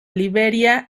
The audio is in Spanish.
liberia